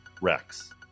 Rex